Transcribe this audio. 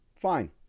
Fine